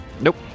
Nope